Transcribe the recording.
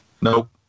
Nope